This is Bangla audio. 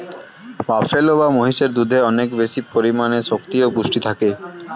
বাফেলো বা মহিষের দুধে অনেক বেশি পরিমাণে শক্তি ও পুষ্টি থাকে